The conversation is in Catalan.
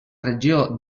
regió